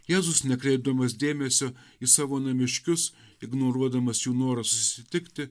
jėzus nekreipdamas dėmesio į savo namiškius ignoruodamas jų norą susitikti